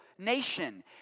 Nation